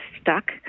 stuck